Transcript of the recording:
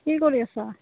কি কৰি আছা